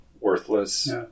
worthless